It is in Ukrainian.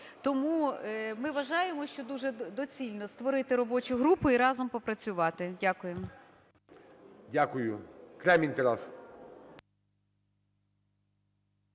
Тому ми вважаємо, що дуже доцільно створити робочу групу і разом попрацювати. Дякую. ГОЛОВУЮЧИЙ. Дякую. Кремінь Тарас.